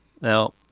now